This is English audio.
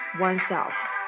oneself